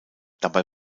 dabei